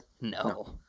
No